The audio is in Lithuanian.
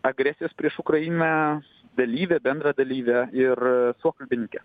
agresijos prieš ukrainą dalyvė bendradalyvė ir suokalbininkė